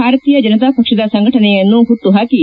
ಭಾರತೀಯ ಜನತಾ ಪಕ್ಷದ ಸಂಘಟನೆಯನ್ನು ಹುಟ್ಲುಹಾಕಿ